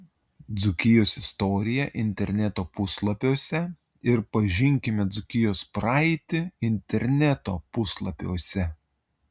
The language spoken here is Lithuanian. dzūkijos istorija interneto puslapiuose ir pažinkime dzūkijos praeitį interneto puslapiuose